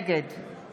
נגד